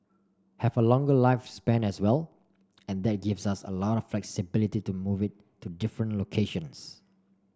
have a longer lifespan as well and that gives us a lot of flexibility to move it to different locations